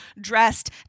dressed